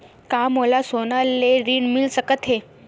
का मोला सोना ले ऋण मिल सकथे?